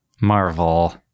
Marvel